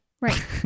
Right